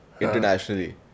internationally